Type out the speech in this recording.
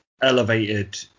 elevated